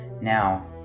Now